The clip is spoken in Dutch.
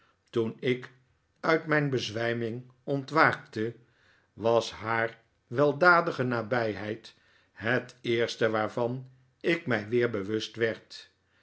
toen ik uit mijn bezwijming ontwaakte was haar weldadige nabijheid het eerste waarvan ik mij weer bewust werd